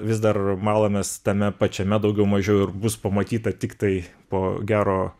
vis dar malamės tame pačiame daugiau mažiau ir bus pamatyta tik tai po gero